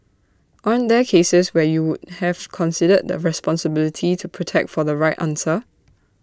aren't there cases where you would have considered the responsibility to protect for the right answer